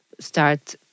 Start